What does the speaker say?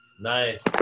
Nice